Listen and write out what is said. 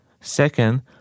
Second